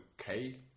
okay